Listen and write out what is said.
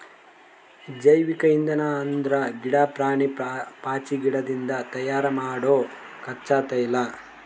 ಜೈವಿಕ್ ಇಂಧನ್ ಅಂದ್ರ ಗಿಡಾ, ಪ್ರಾಣಿ, ಪಾಚಿಗಿಡದಿಂದ್ ತಯಾರ್ ಮಾಡೊ ಕಚ್ಚಾ ತೈಲ